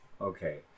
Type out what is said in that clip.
Okay